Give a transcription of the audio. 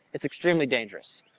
it's extremely dangerous.